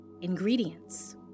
ingredients